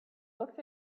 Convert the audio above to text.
looked